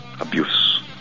abuse